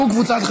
לפרוטוקול,